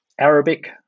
Arabic